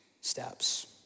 steps